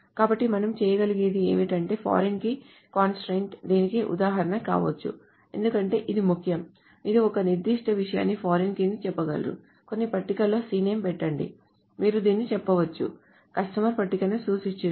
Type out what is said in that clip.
కాబట్టి మనం చేయగలిగేది ఏమిటంటే ఫారిన్ కీ కంస్ట్రయిన్ట్ దీనికి ఉదాహరణ కావచ్చు ఎందుకంటే ఇది ముఖ్యం మీరు ఒక నిర్దిష్ట విషయానికి ఫారిన్ కీని చెప్పగలరు కొన్ని పట్టికలో cname పెట్టండి మీరు దీన్ని చెప్పవచ్చు కస్టమర్ పట్టికను సూచిస్తుంది